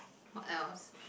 what else